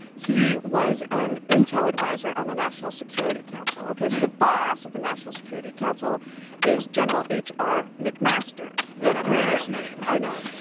he was an intel adviser on the national security council, ok? so the boss of the national security council is general h r. mcmaster. the greatest name. remember? i know,